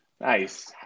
Nice